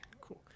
Cool